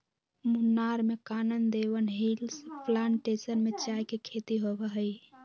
मुन्नार में Kanan Devan hills plantation में चाय के खेती होबा हई